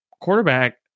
quarterback